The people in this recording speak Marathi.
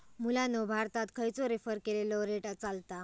मुलांनो भारतात खयचो रेफर केलेलो रेट चलता?